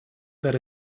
that